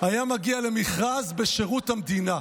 היה מגיע למכרז בשירות המדינה.